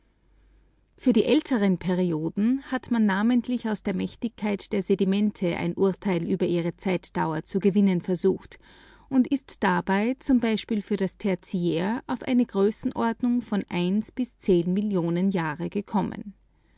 für die älteren zeiten hat man namentlich aus der mächtigkeit der sedimente ein urteil über die zeitdauer ihrer ablagerung zu gewinnen versucht und ist dabei z b für das tertiär auf eine größenordnung von zehn millionen jahre gekommen